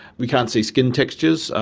we can't see skin textures,